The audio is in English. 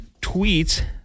tweets